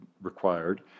required